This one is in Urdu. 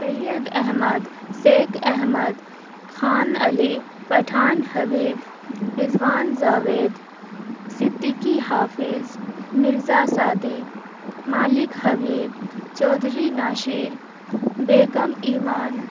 سید احمد سیخ احمد خان علی پٹھان حبیب رضوان جاوید صدیقی حافظ مرزا سعدی مالک حبیب چودھری ناشر بیگم ایمان